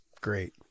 great